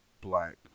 black